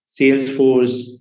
Salesforce